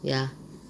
ya